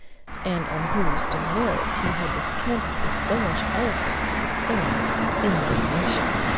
and on whose demerits he had descanted with so much eloquence and indignation.